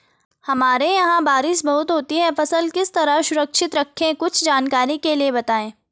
हमारे यहाँ बारिश बहुत होती है फसल किस तरह सुरक्षित रहे कुछ जानकारी के लिए बताएँ?